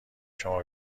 شما